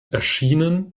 erschienen